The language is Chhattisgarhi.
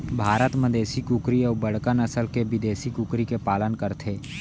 भारत म देसी कुकरी अउ बड़का नसल के बिदेसी कुकरी के पालन करथे